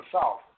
south